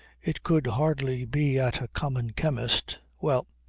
it could hardly be at a common chemist. well,